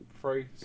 three